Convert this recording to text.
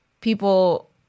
people